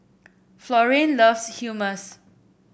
Florian loves Hummus